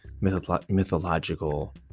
mythological